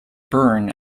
burn